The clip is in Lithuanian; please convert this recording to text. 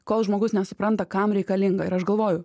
kol žmogus nesupranta kam reikalinga ir aš galvoju